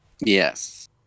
yes